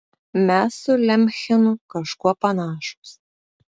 mes su lemchenu kažkuo panašūs